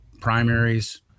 primaries